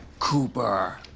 cooper,